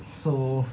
so